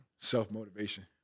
self-motivation